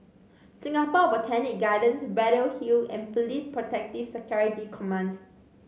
Singapore Botanic Gardens Braddell Hill and Police Protective Security Command